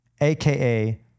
aka